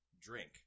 drink